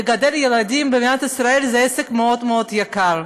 לגדל ילדים במדינת ישראל זה עסק מאוד מאוד יקר,